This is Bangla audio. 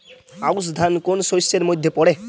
আউশ ধান কোন শস্যের মধ্যে পড়ে?